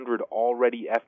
already